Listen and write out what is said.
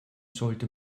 sollte